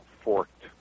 forked